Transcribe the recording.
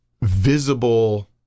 visible